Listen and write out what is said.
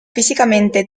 físicamente